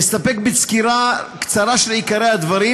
אסתפק בסקירה קצרה של עיקרי הדברים,